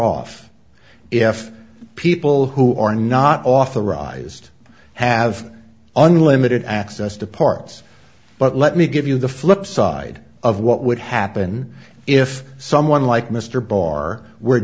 off if people who are not authorized have unlimited access to parts but let me give you the flip side of what would happen if someone like mr barr were